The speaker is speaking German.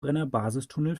brennerbasistunnel